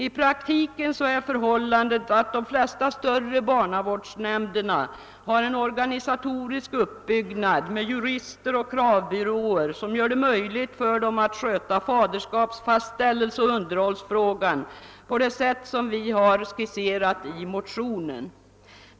I praktiken är förhållandet det, att de flesta större barnavårdsnämnderna har en organisatorisk uppbyggnad med jurister och kravbyråer som gör det möjligt för dem att sköta faderskapsfastställelse och underhållsfrågan på det sätt vi skisserat i motionen.